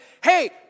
hey